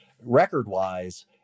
record-wise